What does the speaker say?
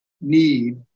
need